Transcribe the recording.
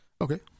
Okay